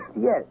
Yes